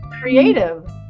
creative